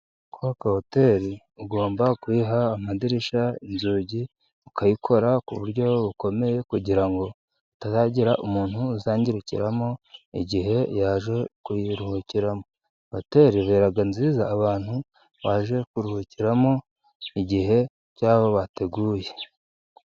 Kubaka hotel ugomba kuyiha amadirishya, inzugi ukayikora ku buryo bukomeye, kugira ngo hatazagira umuntu uzayangirikiramo igihe yaje kuyiruhukiramo. Hoteli ibera nziza abantu baje kuruhukiramo igihe cyo bateguye.